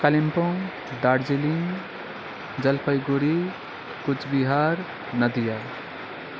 Kalimpong Darjeeling Jalpaiguri Coochbehar Nadia